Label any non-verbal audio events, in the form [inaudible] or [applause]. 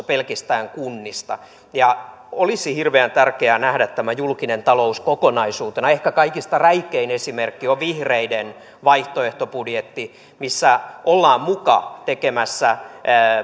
[unintelligible] pelkästään kunnista olisi hirveän tärkeää nähdä tämä julkinen talous kokonaisuutena ehkä kaikista räikein esimerkki on vihreiden vaihtoehtobudjetti missä ollaan muka tekemässä